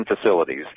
facilities